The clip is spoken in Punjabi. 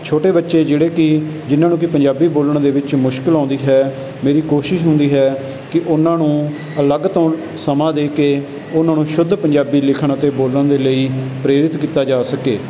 ਛੋਟੇ ਬੱਚੇ ਜਿਹੜੇ ਕਿ ਜਿਹਨਾਂ ਨੂੰ ਕਿ ਪੰਜਾਬੀ ਬੋਲਣ ਦੇ ਵਿੱਚ ਮੁਸ਼ਕਿਲ ਆਉਂਦੀ ਹੈ ਮੇਰੀ ਕੋਸ਼ਿਸ਼ ਹੁੰਦੀ ਹੈ ਕਿ ਉਹਨਾਂ ਨੂੰ ਅਲੱਗ ਤੋਂ ਸਮਾਂ ਦੇ ਕੇ ਉਹਨਾਂ ਨੂੰ ਸ਼ੁੱਧ ਪੰਜਾਬੀ ਲਿਖਣ ਅਤੇ ਬੋਲਣ ਦੇ ਲਈ ਪ੍ਰੇਰਿਤ ਕੀਤਾ ਜਾ ਸਕੇ